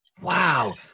Wow